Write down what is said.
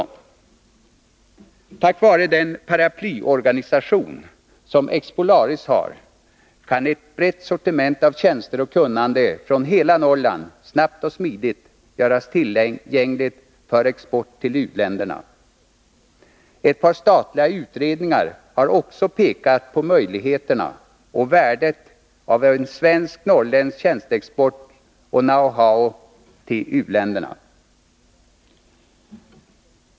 Tack vare den paraplyorganisation som Expolaris har kan ett brett sortiment av tjänster och kunnande från hela Norrland snabbt och smidigt göras tillgängligt för export till u-länderna. Ett parstatliga utredningar har också pekat på möjligheterna och värdet av en svensk-norrländsk tjänsteexport och know-how till u-länderna.